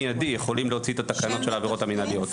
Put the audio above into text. אנחנו באופן מידי יכולים להוציא את התקנות של העבירות המינהליות.